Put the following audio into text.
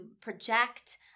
project